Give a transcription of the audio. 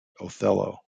othello